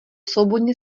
svobodně